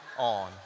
on